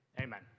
amen